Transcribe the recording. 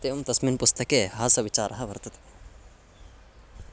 तेवं तस्मिन् पुस्तके हासविचारः वर्तते